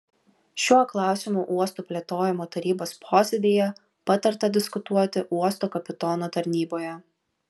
šiuo klausimu uosto plėtojimo tarybos posėdyje patarta diskutuoti uosto kapitono tarnyboje